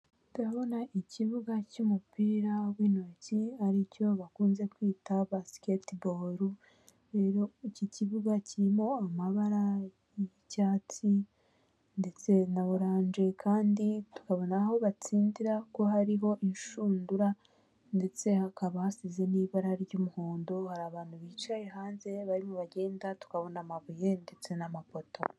Iyi nzu isize irangi ry'umweru umutuku ku nkuta hamwe hasi hariho irangi rya shokora isa nkaho wagira ngo ni eyaterimani uko dukunze kuyita icuruza amatelefone n'amasimukadi kabona icyapa cyanyanditseho eyateli kiriho abakobwa babiri basa nk'abishimiye serivisi.